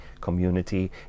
community